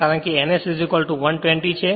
કારણકે ns 120 છે